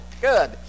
Good